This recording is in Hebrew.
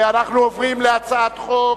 אנחנו עוברים להצעת חוק